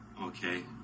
Okay